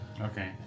Okay